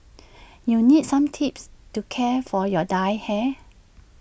you need some tips to care for your dyed hair